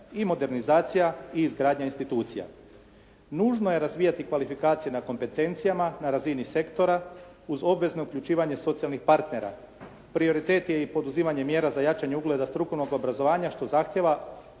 i modernizacija i izgradnja institucija. Nužno je razvijati kvalifikacije na kompetencijama na razini sektora uz obvezno uključivanje socijalnih partnera. Prioritet je i poduzimanje mjera za jačanje ugleda strukovnog obrazovanja, što zahtijeva